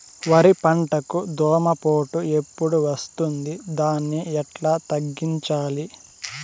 వరి పంటకు దోమపోటు ఎప్పుడు వస్తుంది దాన్ని ఎట్లా తగ్గించాలి?